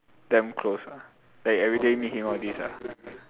damn close ah like everyday meet him all this ah